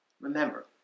Remember